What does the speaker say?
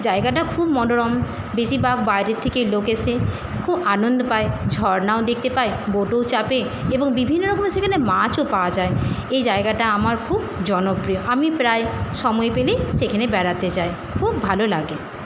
জায়গাটা খুব মনোরম বেশিরভাগ বাইরের থেকে লোক এসে খুব আনন্দ পায় ঝর্নাও দেখতে পায় বোটেও চাপে এবং বিভিন্ন রকমের সেখানে মাছও পাওয়া যায় এই জায়গাটা আমার খুব জনপ্রিয় আমি প্রায় সময় পেলেই সেখানে বেড়াতে যাই খুব ভালো লাগে